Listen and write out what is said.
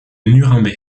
nuremberg